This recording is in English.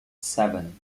seven